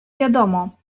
wiadomo